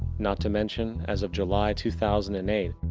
not to mention, as of july two thousand and eight,